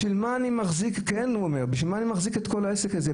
בשביל מה אני מחזיק את כל העסק הזה?